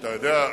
אתה יודע,